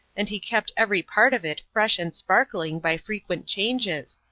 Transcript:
and he kept every part of it fresh and sparkling by frequent changes,